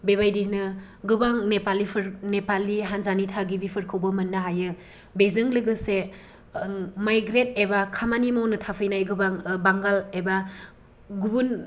बेबायदिनो गोबां नेपालिफोर नेपालि हानजानि थागिबिफोरखौबो मोननो हायो बेजों लोगोसे माइग्रेट एबा खामानि मावनो थाफैनाय गोबां बांगाल एबा गुबुन